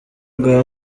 bwa